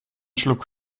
schluck